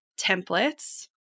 templates